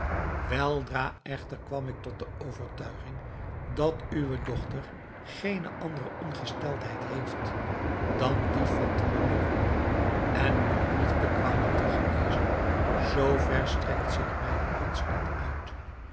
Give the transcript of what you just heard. weldra echter kwam ik tot de overtuiging dat uwe dochter geene andere ongesteldheid heeft dan die van te beminnen en om liefdekwalen te genezen zoo ver strekt zich mijne kunst niet uit